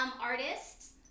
artists